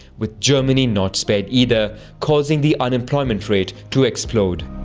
with germany not spared either, causing the unemployment rate to explode.